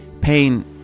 Pain